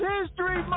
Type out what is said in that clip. History